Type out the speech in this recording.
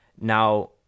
now